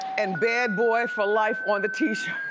and bad boy for life on the t-shirt.